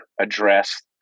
address